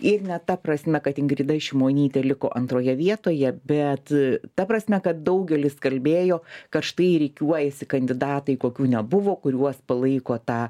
ir ne ta prasme kad ingrida šimonytė liko antroje vietoje bet ta prasme kad daugelis kalbėjo kad štai rikiuojasi kandidatai kokių nebuvo kuriuos palaiko ta